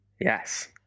yes